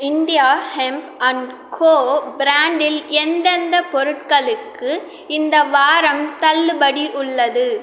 India hemp and co பிரான்டில் எந்தெந்தப் பொருட்களுக்கு இந்த வாரம் தள்ளுபடி உள்ளது